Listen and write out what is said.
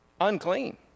unclean